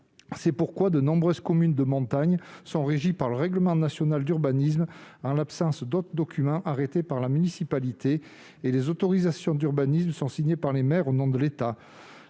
C'est pourquoi de nombreuses communes de montagne sont régies par le règlement national d'urbanisme en l'absence d'autres documents arrêtés par la municipalité, et les autorisations d'urbanisme sont signées par les maires au nom de l'État.